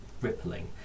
rippling